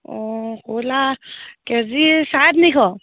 অঁ কয়লা কেজি চাৰে তিনিশ